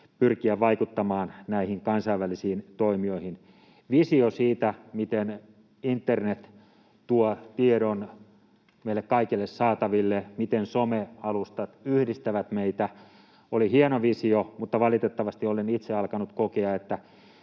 pyrkiä vaikuttamaan näihin kansainvälisiin toimijoihin. Se, miten internet tuo tiedon meidän kaikkien saataville, miten somealustat yhdistävät meitä, oli hieno visio. Mutta valitettavasti olen itse alkanut kokea,